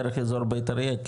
דרך אזור בית אריה.